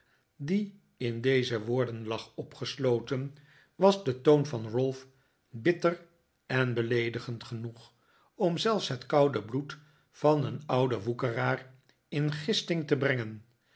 die in deze woorden lag opgesloten was de toon van ralph bitter en beleedigend genoeg om zelfs het koude bloed van een ouden woekeraar in gisting te brengen